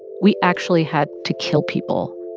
we actually had to kill people.